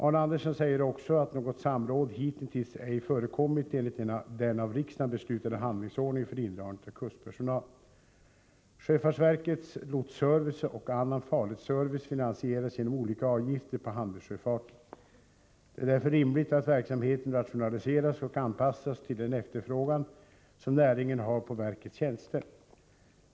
Arne Andersson säger också att något samråd hitintills ej förekommit enligt den av riksdagen beslutade handlingsordningen för indragning av kustpersonal. Sjöfartsverkets lotsservice och annan farledsservice finansieras genom olika avgifter på handelssjöfarten. Det är därför rimligt att verksamheten rationaliseras och anpassas till den efterfrågan som näringen har på verkets tjänster.